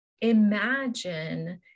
imagine